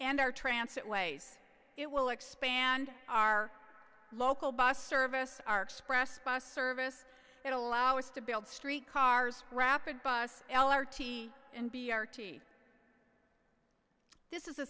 and our transit ways it will expand our local bus service our express bus service and allow us to build street cars rapid bus l r t and b r t this is a